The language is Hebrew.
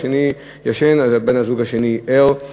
וכשהשני ישן בן-הזוג השני ער.